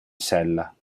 sella